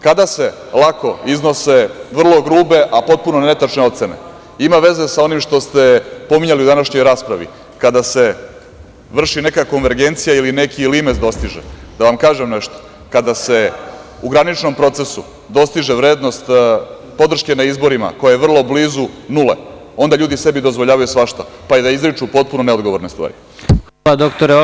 Kada se lako iznose vrlo grupe, a potpuno netačne ocene, ima veze sa onim što ste pominjali u današnjoj raspravi, kada se vrši neka konvergencija ili neki limes dostiže, da vam kažem nešto, kada se u graničnom procesu dostiže vrednost podrške na izborima koje je vrlo blizu nule, onda ljudi sebi dozvoljavaju svašta, pa i da izriču potpuno neodgovorne stvari.